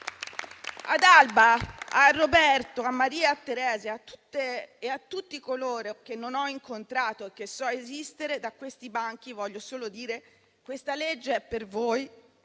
Ad Alba, a Roberto, a Maria, a Teresa e a tutti i coloro che non ho incontrato e che so esistere da questi banchi voglio solo dire che questa legge è per voi.